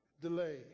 Delay